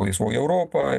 laisvoji europa